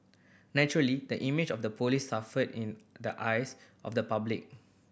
naturally the image of the police suffered in the eyes of the public